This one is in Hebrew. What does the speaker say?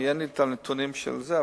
אין לי הנתונים של זה,